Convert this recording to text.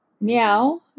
meow